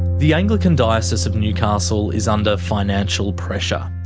the anglican diocese of newcastle is under financial pressure.